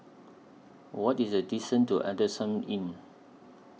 What IS The distance to Adamson Inn